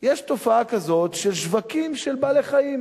יש תופעה כזאת של שווקים של בעלי-חיים.